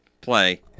play